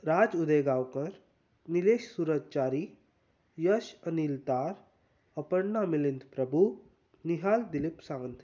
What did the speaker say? Raj Uday Gaonkar Nilesh Suraj Chari Yash Anil Das Aparna Milind Prabhu Nihal Dilip Sawant